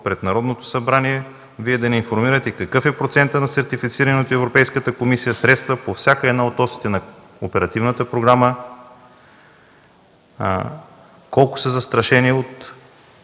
пред Народното събрание да ни информирате какъв е процентът на сертифицирани от Европейската комисия средства по всяка една от осите на оперативната програма, колко са застрашени от